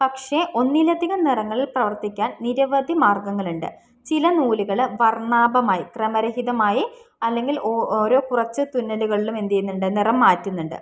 പക്ഷെ ഒന്നിലധികം നിറങ്ങളിൽ പ്രവർത്തിക്കാൻ നിരവധി മാർഗ്ഗങ്ങളുണ്ട് ചില നൂലുകൾ വർണ്ണാഭമായി ക്രമരഹിതമായി അല്ലെങ്കിൽ ഓരോ കുറച്ച് തുന്നലുകളിലും എന്തു ചെയ്യുന്നുണ്ട് നിറം മാറ്റുന്നുണ്ട്